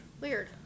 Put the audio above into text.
Weird